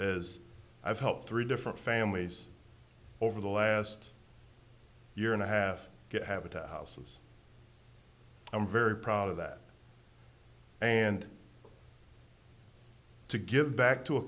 is i've helped three different families over the last year and i have good habitat houses i'm very proud of that and to give back to a